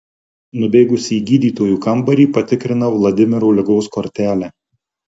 nubėgusi į gydytojų kambarį patikrinau vladimiro ligos kortelę